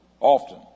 often